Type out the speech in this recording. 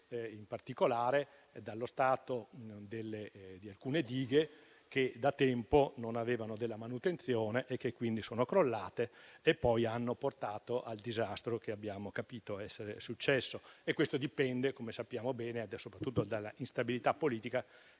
in particolare, dallo stato di alcune dighe, che da tempo non ricevevano della manutenzione e quindi sono crollate e hanno portato al disastro che abbiamo capito essere successo. E questo dipende - come sappiamo bene - soprattutto dall'instabilità politica